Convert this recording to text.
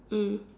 mm